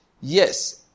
Yes